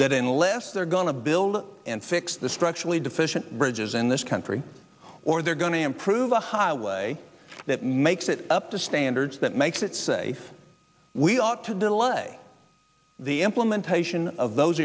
that unless they're going to build and fix the structurally deficient bridges in this country or they're going to improve a highway that makes it up to standards that makes it say we ought to delay the employment haitien of those